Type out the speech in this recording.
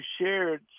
shared